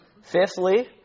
Fifthly